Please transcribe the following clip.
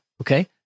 okay